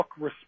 look